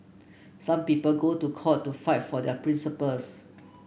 some people go to court to fight for their principles